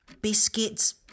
biscuits